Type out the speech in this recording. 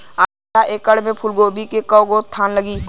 आधा एकड़ में फूलगोभी के कव गो थान लागी?